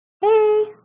Hey